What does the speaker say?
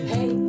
Hey